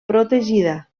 protegida